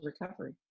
recovery